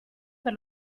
per